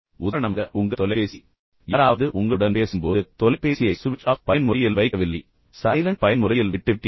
உதாரணமாக உங்கள் தொலைபேசி யாராவது உங்களுடன் பேசும்போது உங்கள் தொலைபேசியை சுவிட்ச் ஆஃப் பயன்முறையில் வைக்கவில்லை சைலண்ட் பயன்முறையில் விட்டுவிட்டீர்கள்